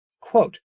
Quote